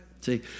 See